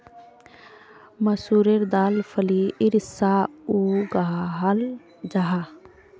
मसूरेर दाल फलीर सा उगाहल जाहा